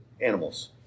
animals